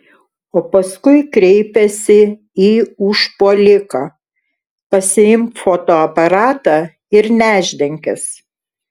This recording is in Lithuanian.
o paskui kreipėsi į užpuoliką pasiimk fotoaparatą ir nešdinkis